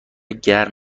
گرم